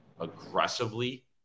aggressively